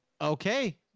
Okay